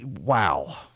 Wow